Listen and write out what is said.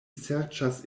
serĉas